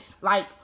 like-